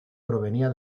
provenía